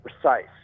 precise